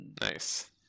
nice